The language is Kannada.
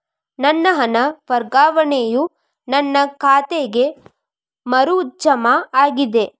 ನನ್ನ ಹಣ ವರ್ಗಾವಣೆಯು ನನ್ನ ಖಾತೆಗೆ ಮರು ಜಮಾ ಆಗಿದೆ